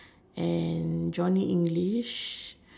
and Johnny English